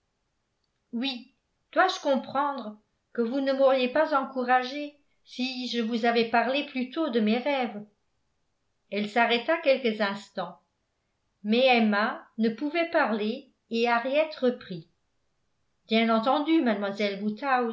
oui dois-je comprendre que vous ne m'auriez pas encouragée si je vous avais parlé plus tôt de mes rêves elle s'arrêta quelques instants mais emma ne pouvait parler et henriette reprit bien entendu mademoiselle